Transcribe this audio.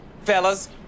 fellas